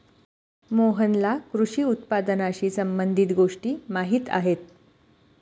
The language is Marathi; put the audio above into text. मोहनला कृषी उत्पादनाशी संबंधित गोष्टी माहीत आहेत